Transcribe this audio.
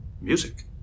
Music